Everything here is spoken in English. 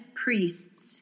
priests